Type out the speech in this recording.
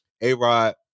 A-Rod